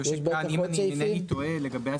בזה כסף, אז עכשיו ניתן זכות למישהו